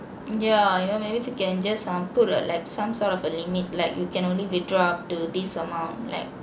yeah you know maybe they can just um put uh like some sort of a limit like you can only withdraw up to this amount like